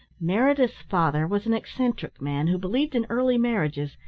meredith's father was an eccentric man who believed in early marriages,